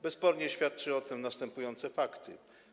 Bezspornie świadczą o tym następujące fakty.